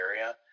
area